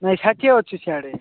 ନାଇଁ ଷାଠିଏ ଅଛି ସିଆଡ଼େ